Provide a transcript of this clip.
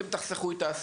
כך אתם תחסכו את ההסעות,